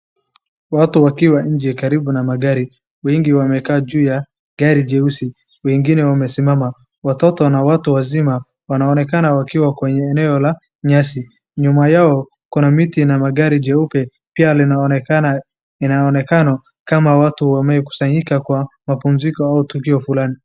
Watu wakiwa nje karibu na magari, wengi wamekaa juu ya gari jeusi, wengine wamesimama, watoto na watu wazima wanaonekana wakiwa kwenye eneo la nyasi. Nyuma yao kuna miti na gari jeupe pia linaonekana inaonekano kama watu wamekusanyika kwa mapumziko au tukio fulani.